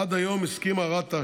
עד היום הסכימה רת"א,